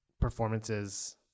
performances